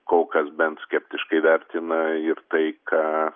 kol kas bent skeptiškai vertina ir tai ką